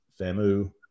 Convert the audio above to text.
Famu